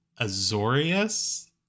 azorius